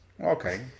Okay